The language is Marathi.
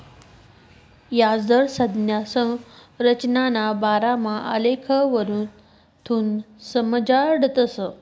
याजदर संज्ञा संरचनाना बारामा आलेखवरथून समजाडतस